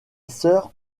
sœur